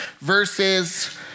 verses